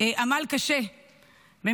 עמל קשה על